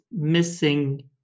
missing